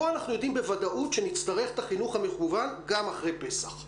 פה אנחנו יודעים בוודאות שנצטרך את החינוך המקוון גם אחרי פסח.